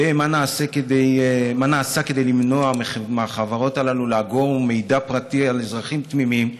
2. מה נעשה כדי למנוע מהחברות הללו לאגור מידע פרטי של אזרחים תמימים,